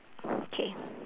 okay